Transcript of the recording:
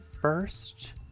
first